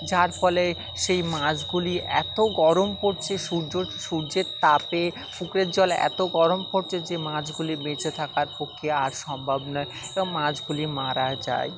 যার ফলে সেই মাছগুলি এত গরম পড়ছে সূর্য সূর্যের তাপে পুকুরের জল এত গরম পড়ছে যে মাছগুলি বেঁচে থাকার পক্ষে আর সম্ভব নয় এবং মাছগুলি মারা যায়